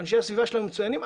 אנשי הסביבה שלנו מצוינים,